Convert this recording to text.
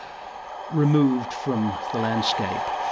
removed from the landscape,